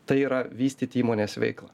tai yra vystyti įmonės veiklą